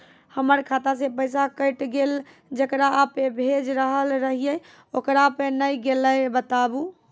हमर खाता से पैसा कैट गेल जेकरा पे भेज रहल रहियै ओकरा पे नैय गेलै बताबू?